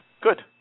good